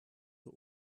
für